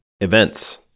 Events